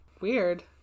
Weird